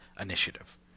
initiative